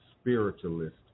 spiritualist